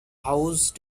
house